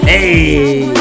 Hey